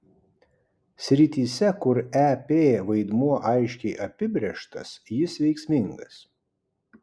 srityse kur ep vaidmuo aiškiai apibrėžtas jis veiksmingas